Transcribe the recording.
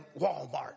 Walmart